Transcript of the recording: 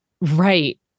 Right